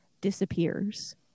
disappears